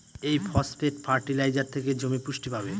এই phosphate fertiliser থেকে জমি পুষ্টি পাবে